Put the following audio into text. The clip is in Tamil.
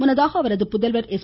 முன்னதாக அவரது புதல்வர் எஸ்